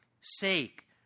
sake